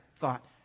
thought